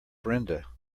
brenda